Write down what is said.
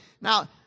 Now